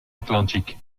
atlantique